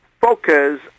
focus